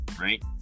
right